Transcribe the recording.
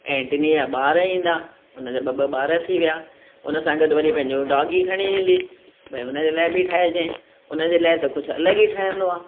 ऐं टिनीअ जा ॿार ईंदा उन जा ॿ ॿ ॿार थी विया उन सां गॾु वरी पंहिंजो डॉगी खणी ईंदी भई हुन जे लाइ बि ठाहिजे उन जे लाइ त कुझु अलॻि ई ठहंदो आहे